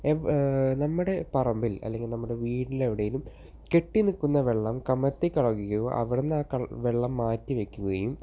നമ്മുടെ പറമ്പിൽ അല്ലെങ്കിൽ നമ്മുടെ വീട്ടിൽ എവിടെയെങ്കിലും കെട്ടിനിൽക്കുന്ന വെള്ളം കമഴ്ത്തി കളയുകയോ അവിടന്നാ വെള്ളം മാറ്റി വെയ്ക്കുകയും